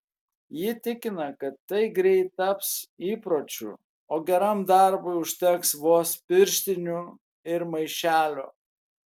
ji tikina kad tai greit taps įpročiu o geram darbui užteks vos pirštinių ir maišelio